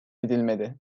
edilmedi